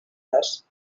res